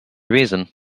reason